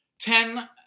Ten